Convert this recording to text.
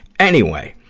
anyway!